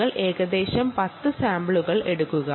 നിങ്ങൾ ഏകദേശം 10 സാമ്പിളുകൾ എടുക്കുക